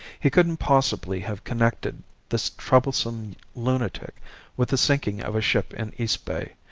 he couldn't possibly have connected this troublesome lunatic with the sinking of a ship in eastbay,